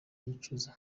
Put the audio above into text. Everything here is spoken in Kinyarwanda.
yicuza